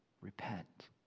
Repent